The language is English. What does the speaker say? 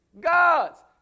gods